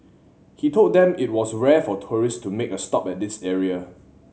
he told them it was rare for tourist to make a stop at this area